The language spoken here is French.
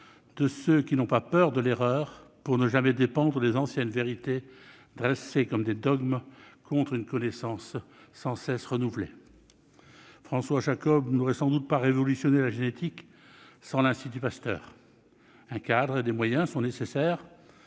de ceux qui n'ont pas peur de l'erreur, pour ne jamais dépendre des anciennes vérités dressées comme des dogmes contre une connaissance sans cesse renouvelée. François Jacob n'aurait sans doute pas révolutionné la génétique sans l'Institut Pasteur. Un cadre et des moyens sont nécessaires